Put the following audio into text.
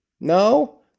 No